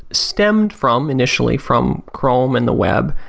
stemmed from initially from chrome and the web,